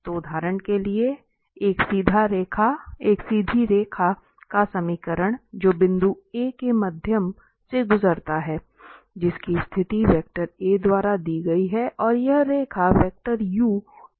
तो उदाहरण के लिए एक सीधी रेखा का समीकरण जो बिंदु A के माध्यम से गुजरता है जिसकी स्थिति वेक्टर a द्वारा दी गई है और यह रेखा वेक्टर u के समानांतर है